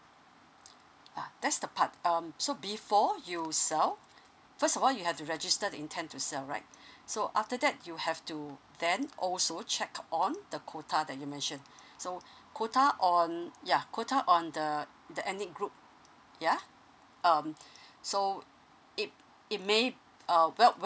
yeah that's the part um so before you sell first of all you have to register the intent to sell right so after that you have to then also check up on the qupta that you mentioned so quota on ya quota on the the ethnic group yeah um so it it may uh well